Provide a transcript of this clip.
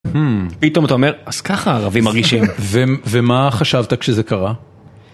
פתאום אתה אומר, אז ככה הערבים מרגישים. ומה חשבת כשזה קרה?